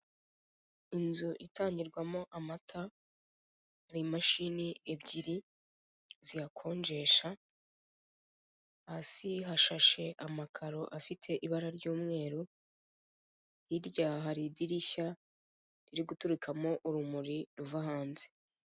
Inzu itangirwamo amata hari imashini ebyiri ziyakonjesha, hasi hashashe amakaro afite ibara ry'umweru, hirya hari idirishya riri guturukamo urumuri ruva hanze.